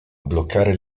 bloccare